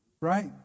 Right